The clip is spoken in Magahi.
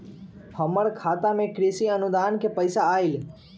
हमर खाता में कृषि अनुदान के पैसा अलई?